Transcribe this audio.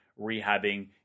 rehabbing